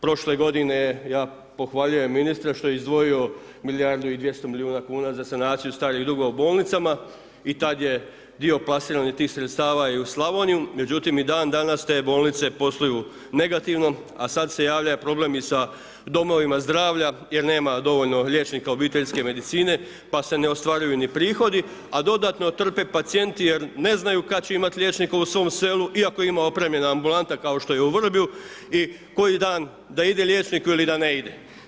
Prošle godine ja pohvaljujem ministra što je izdvojio milijardu i 200 milijuna kuna za sanaciju starih dugova u bolnicama i tad je dio plasiran tih sredstava i u Slavoniju, međutim i dan danas te bolnice posluju negativno, a sad se javlja i problem i sa Domovima zdravlja, jer nema dovoljno liječnika obiteljske medicine, pa se ne ostvaruju ni prihodi, a dodatno trpe pacijenti, jer ne znaju kad će imati liječnika u svom selu, iako ima opremljena ambulanta kao što je u Vrblju, i koji dan da ide liječniku ili da ne ide.